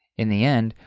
in the end,